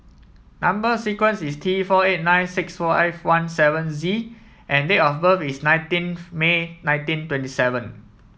number sequence is T four eight nine six five seventeen Z and date of birth is nineteen May nineteen twenty seven